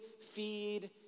feed